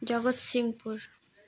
Jagatsinghpur